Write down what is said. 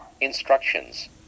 Instructions